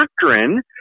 doctrine